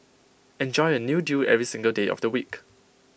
enjoy A new deal every single day of the week